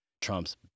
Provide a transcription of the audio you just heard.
Trump's